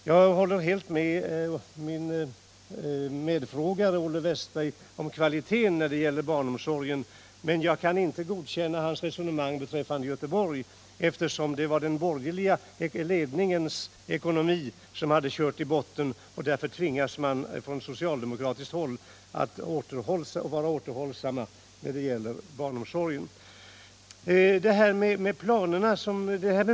Jag håller helt med min medfrågare Olle Wästberg om kvaliteten när det gäller barnomsorgen, men jag kan inte godkänna hans resonemang beträffande Göteborg. Det var den borgerliga ledningen som hade kört ekonomin i botten. Därför tvingas man från socialdemokratisk sida att vara återhållsam när det gäller barnomsorgen.